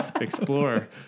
explore